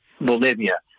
Bolivia